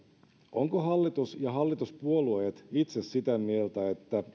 ovatko hallitus ja hallituspuolueet itse sitä mieltä että